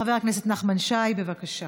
חבר הכנסת נחמן שי, בבקשה.